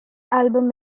album